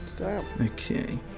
Okay